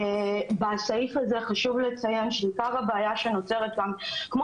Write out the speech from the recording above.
בסעיף הזה חשוב לציין שעיקר הבעיה שנוצרת - כמו